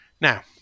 Now